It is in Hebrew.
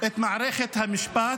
את מערכת המשפט,